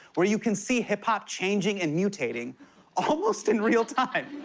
where you can see hip-hop changing and mutating almost in real time.